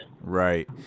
Right